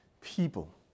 people